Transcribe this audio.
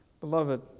Beloved